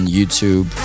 YouTube